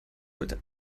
wollte